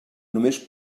només